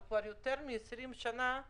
וכבר יותר מ-20 שנה,